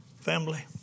family